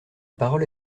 parole